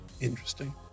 Interesting